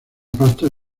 pasta